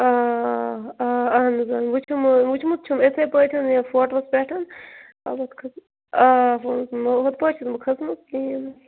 آ آ آ اَہَن حظ اَہَن حظ وٕچھُم وٕچھمُت چھُم یِتھَے پٲٹھۍ حظ یہِ فوٹوَس پٮ۪ٹھ آ ہُتھ پٲٹھۍ چھِنہٕ بہٕ کھٔژمٕژ کِہیٖنۍ نہٕ